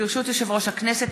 ברשות יושב-ראש הכנסת,